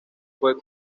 fue